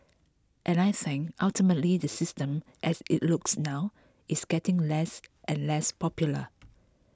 and I think ultimately the system as it looks now is getting less and less popular